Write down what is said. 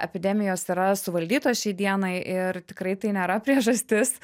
epidemijos yra suvaldytos šiai dienai ir tikrai tai nėra priežastis